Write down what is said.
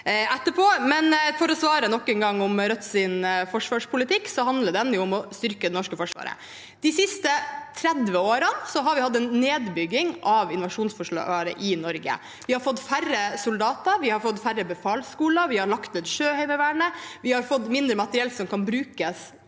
gang å svare på spørsmål om Rødts forsvarspolitikk: Den handler om å styrke det norske forsvaret. De siste 30 årene har vi hatt en nedbygging av invasjonsforsvaret i Norge. Vi har fått færre soldater og færre befalsskoler, vi har lagt ned Sjøheime vernet, og vi har fått mindre materiell som kan brukes